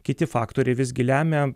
kiti faktoriai visgi lemia